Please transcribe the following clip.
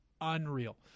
unreal